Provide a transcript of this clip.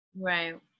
right